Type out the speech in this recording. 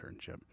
internship